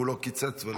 והוא לא קיצץ ולא כלום.